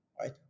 right